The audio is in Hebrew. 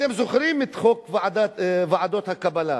אתם זוכרים את חוק ועדות הקבלה.